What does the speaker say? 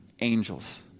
angels